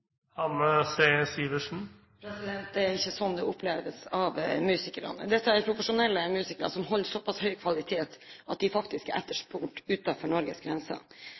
Det er ikke slik det oppleves av musikerne. Dette er profesjonelle musikere som holder såpass høy kvalitet at de faktisk er etterspurt utenfor Norges grenser.